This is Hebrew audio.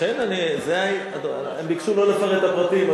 הם ביקשו לא לפרט את הפרטים.